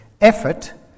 effort